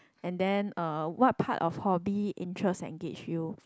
and then uh what part of hobby interest engage you